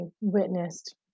witnessed